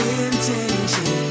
intention